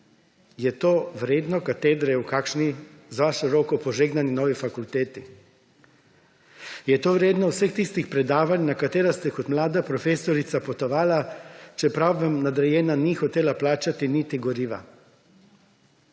Je to vredno katedre v kakšni z vašo roko požegnani novi fakulteti? Je to vredno vseh tistih predavanj, na katera ste kot mlada profesorica potovali, čeprav vam nadrejena ni hotela plačati niti goriva?